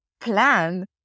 plan